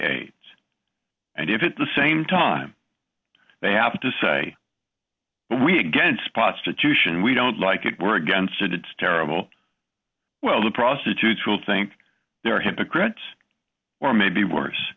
aids and if it the same time they have to say we again spots to to sion we don't like it we're against it it's terrible well the prostitutes will think they're hypocrites or maybe worse